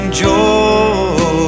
joy